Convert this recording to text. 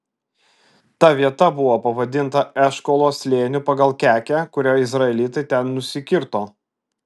ta vieta buvo pavadinta eškolo slėniu pagal kekę kurią izraelitai ten nusikirto